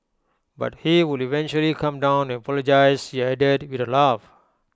but he would eventually calm down and apologise she added with A laugh